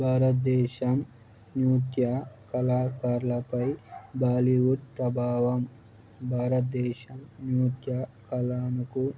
భారతదేశం నృత్య కళాకారులపై బాలీవుడ్ ప్రభావం భారతదేశం నృత్య కళకు